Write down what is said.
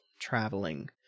traveling